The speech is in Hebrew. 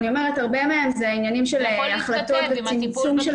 הרבה מהם זה עניינים של החלטות וצמצום של